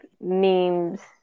memes